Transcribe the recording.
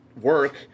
work